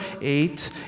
eight